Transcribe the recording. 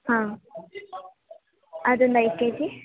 ಹಾಂ ಅದೊಂದು ಐದು ಕೆ ಜಿ